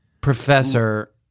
Professor